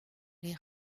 les